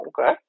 Okay